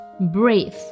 Breathe